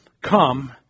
come